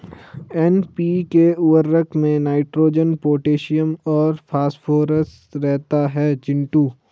NPK उर्वरक में nitrogen potassium और फास्फोरस रहता है चिंटू